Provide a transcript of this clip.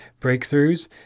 breakthroughs